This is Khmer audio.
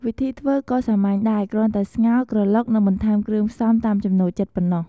វិធីធ្វើក៏សាមញ្ញដែរ គ្រាន់តែស្ងោរ ក្រឡុក និងបន្ថែមគ្រឿងផ្សំតាមចំណូលចិត្តប៉ុណ្ណោះ។